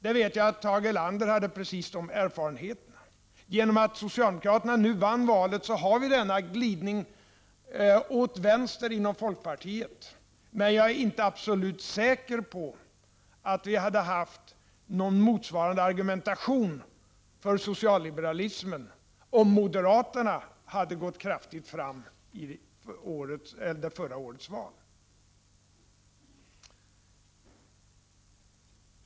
Jag vet att Tage Erlander hade precis den erfarenheten. Genom att socialdemokraterna vann valet har man fått en glidning åt vänster inom folkpartiet, men jag är inte absolut säker på att vi hade haft någon motsvarande argumentation för socialliberalismen, om moderaterna hade gått fram kraftigt i förra årets val.